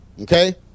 okay